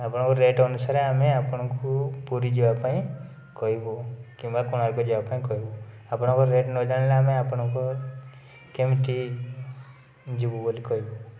ଆପଣଙ୍କର ରେଟ୍ ଅନୁସାରେ ଆମେ ଆପଣଙ୍କୁ ପୁରୀ ଯିବାପାଇଁ କହିବୁ କିମ୍ବା କୋଣାର୍କ ଯିବାପାଇଁ କହିବୁ ଆପଣଙ୍କର ରେଟ୍ ନ ଜାଣିଲେ ଆମେ ଆପଣଙ୍କୁ କେମିତି ଯିବୁ ବୋଲି କହିବୁ